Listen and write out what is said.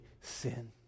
sin